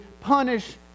punish